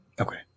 Okay